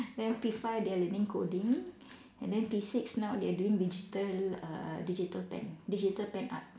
then P five they are learning coding and then P six now they are doing digital err digital pen digital pen art